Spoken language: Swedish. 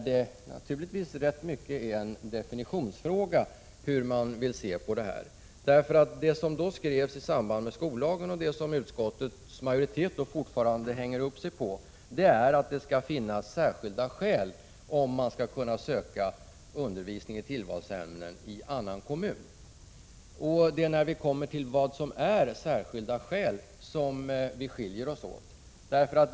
Det som i samband med skollagen skrevs, och som utskottets majoritet fortfarande hänger upp sig på, är att det skall finnas särskilda skäl om man skall kunna söka undervisning i tillvalsämnen i annan kommun. Det är när vi kommer till vad som är särskilda skäl som meningarna skiljer sig.